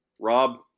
Rob